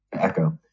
Echo